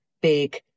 big